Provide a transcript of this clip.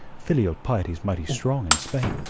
filial piety's mighty strong in spain.